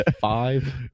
five